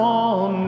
on